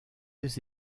des